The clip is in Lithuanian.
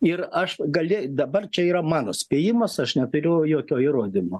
ir aš gali dabar čia yra mano spėjimas aš neturiu jokio įrodymo